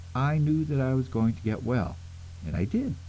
i knew that i was going to get well and i did,